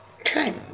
Okay